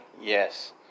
yes